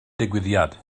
digwyddiad